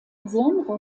besondere